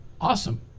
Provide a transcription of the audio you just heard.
Awesome